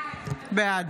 בעד